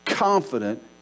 Confident